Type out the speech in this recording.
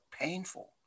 painful